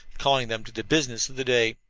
calling them to the business of the day,